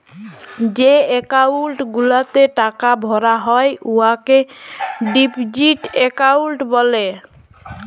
যে একাউল্ট গুলাতে টাকা ভরা হ্যয় উয়াকে ডিপজিট একাউল্ট ব্যলে